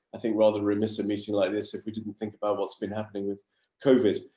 i think, rather remiss of meeting like this if we didn't think about what's been happening with covid.